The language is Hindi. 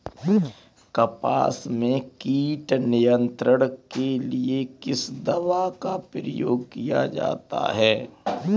कपास में कीट नियंत्रण के लिए किस दवा का प्रयोग किया जाता है?